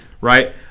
right